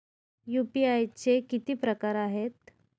UPI चे किती प्रकार आहेत?